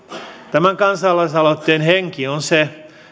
tämän kansalaisaloitteen henki on se